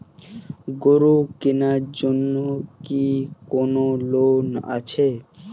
গরু কেনার জন্য কি কোন লোন আছে?